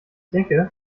denke